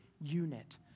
unit